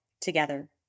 together